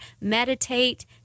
Meditate